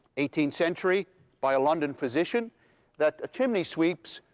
eighteenth century by a london physician that chimney sweeps,